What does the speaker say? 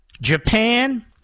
Japan